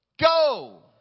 Go